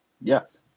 Yes